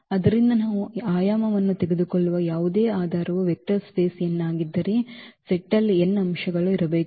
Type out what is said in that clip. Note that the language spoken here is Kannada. ಆದ್ದರಿಂದ ನಾವು ಆಯಾಮವನ್ನು ತೆಗೆದುಕೊಳ್ಳುವ ಯಾವುದೇ ಆಧಾರವು ವೆಕ್ಟರ್ ಸ್ಪೇಸ್ದ n ಆಗಿದ್ದರೆ ಸೆಟ್ನಲ್ಲಿ n ಅಂಶಗಳು ಇರಬೇಕು